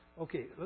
okay